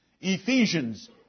Ephesians